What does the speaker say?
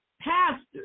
pastors